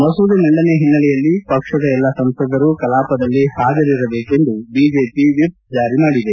ಮಸೂದೆ ಮಂಡನೆಯ ಹಿನ್ನೆಲೆಯಲ್ಲಿ ಪಕ್ಷದ ಎಲ್ಲಾ ಸಂಸದರು ಕಲಾಪದಲ್ಲಿ ಹಾಜರಿರಬೇಕೆಂದು ಬಿಜೆಪಿ ವಿಪ್ ಜಾರಿ ಮಾಡಿದೆ